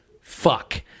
fuck